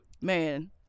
man